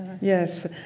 Yes